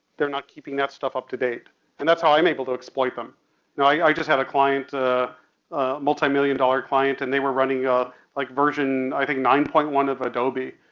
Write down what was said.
they're not keeping that stuff up to date and that's how i'm able to exploit them. you know i just had a client, a multimillion dollar client, and they were running ah like version i think nine point one of adobe.